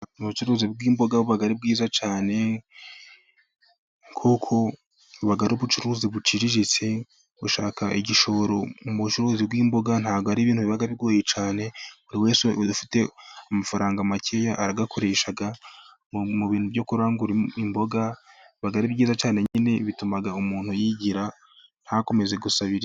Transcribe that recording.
Ubucuruzi bw'imbogabaga buba ari bwiza cyane, kuko buba ariubucuruzi buciriritse, gushaka igishoro cy'ubucuruzi bw'imboga ntabwogo ari ibintu biba bigoye cyane, buri wese ufite amafaranga make arayakoresha mu bintu byo kurangura imboga biba ari byiza cyane nyine, bituma umuntu yigira ntakomezaze gusabiriraza.